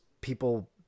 people